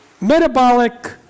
metabolic